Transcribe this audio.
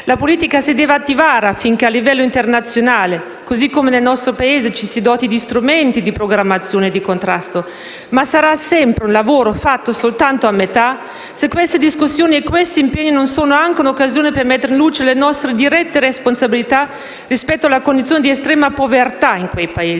La politica si deve attivare affinché a livello internazionale, come nel nostro Paese, ci si doti di strumenti di programmazione e di contrasto, ma sarà sempre un lavoro fatto soltanto a metà, se queste discussioni e questi impegni non sono anche un'occasione per mettere in luce le nostre dirette responsabilità rispetto alla condizione di estrema povertà in quei Paesi.